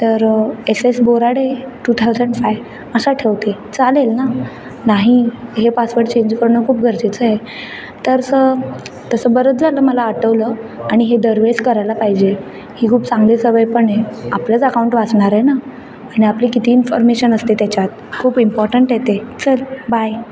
तर S S Borade two thousand five असं ठेवते चालेल नाही हे पासवर्ड चेंज करणं खूप गरजेचं आहे तर तसं बरंच झालं मला आठवलं आणि हे दरवेळेस करायला पाहिजे ही खूप चांगली सवय पण आहे आपलंच अकाऊंट वाचणार आहे ना आणि आपली किती इन्फॉर्मेशन असते त्याच्यात खूप इम्पॉर्टंट आहे ते चल बाय